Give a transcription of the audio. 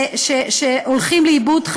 שהולכים לאיבוד,